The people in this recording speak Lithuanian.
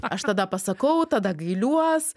aš tada pasakau tada gailiuos